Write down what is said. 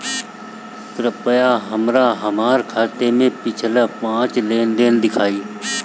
कृपया हमरा हमार खाते से पिछले पांच लेन देन दिखाइ